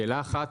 שאלה אחת,